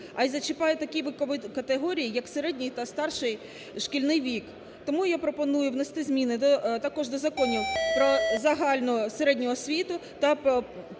а й зачіпає такі вікові категорії, як середній та старший шкільний вік. Тому я пропоную внести зміни також до законів "Про загальну середню освіту" та "Про